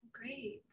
Great